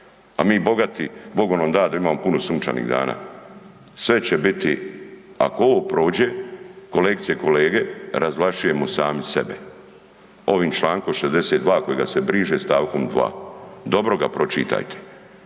a mi bogati, Bogom nam dato da imamo puno sunčanih dana. Sve će biti, ako ovo prođe kolegice i kolege razvlašćujemo sami sebe ovim čl. 62. kojega se briše st. 2., dobro ga pročitajte.